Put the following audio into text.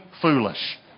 foolish